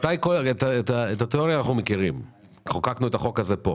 את התיאוריה אנחנו מכירים, חוקקנו את החוק הזה פה.